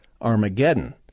Armageddon